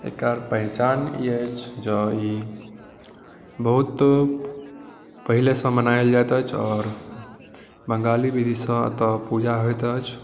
एकर पहिचान ई अछि जौं ई बहुत पहिलेसँ मनायल जाइत अछि आओर बंगाली विधिसँ एतय पूजा होइत अछि